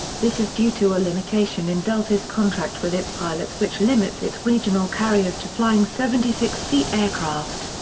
this is due to a limitation in delta's contract with its pilots which limits its regional carriers to flying seventy six seat aircraft.